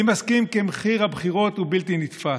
אני מסכים כי מחיר הבחירות הוא בלתי נתפס.